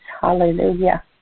Hallelujah